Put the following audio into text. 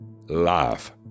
life